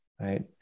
Right